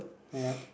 ya